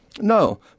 No